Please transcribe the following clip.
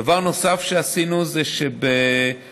דבר נוסף שעשינו זה שבפגיעה